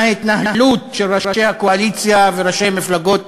מההתנהלות של ראשי הקואליציה וראשי מפלגות